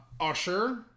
Usher